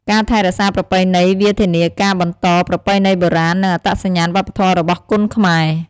ការថែរក្សាប្រពៃណី វាធានាការបន្តប្រពៃណីបុរាណ និងអត្តសញ្ញាណវប្បធម៌របស់គុនខ្មែរ។